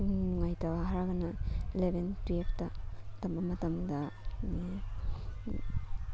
ꯅꯨꯡꯉꯥꯏꯇꯕ ꯍꯥꯏꯔꯒꯅ ꯏꯂꯚꯦꯟ ꯇꯨꯌꯦꯜꯞꯇ ꯇꯝꯕ ꯃꯇꯝꯗ